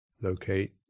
locate